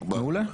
מעולה.